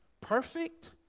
perfect